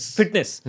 fitness